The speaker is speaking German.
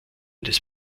des